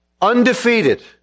undefeated